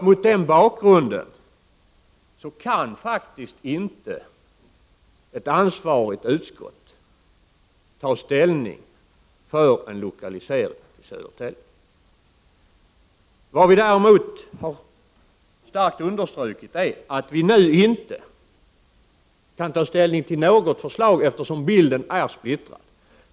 Mot den bakgrunden kan faktiskt inte ett ansvarigt utskott ta ställning för en lokalisering till Södertälje. Vi har starkt understrukit att vi nu inte kan ta ställning till något förslag, eftersom bilden är splittrad.